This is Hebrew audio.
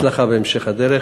הצלחה בהמשך הדרך.